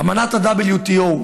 אמנת ה-WTO,